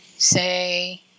say